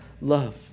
love